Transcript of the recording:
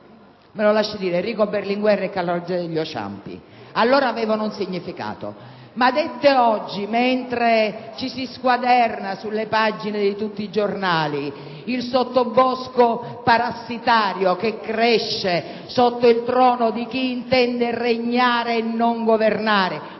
a lei, ministro Tremonti, la prego di credermi. Allora avevano un significato. Ma dette oggi, mentre ci si squaderna sulle pagine di tutti i giornali, il sottobosco parassitario che cresce sotto il trono di chi intende regnare e non governare,